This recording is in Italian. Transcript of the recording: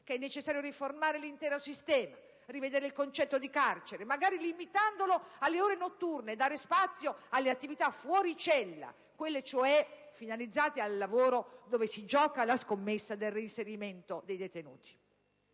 è necessario riformare l'intero sistema, rivedere il concetto di carcere, magari limitandolo alle ore notturne, dare spazio alle attività fuori cella, quelle cioè finalizzate al lavoro, dove si gioca la scommessa del reinserimento dei detenuti.